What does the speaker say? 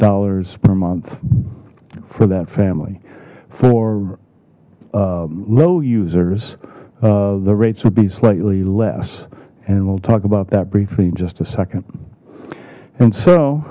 dollars per month for that family for low users the rates would be slightly less and we'll talk about that briefly in just a second and so